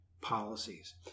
policies